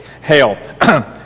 hail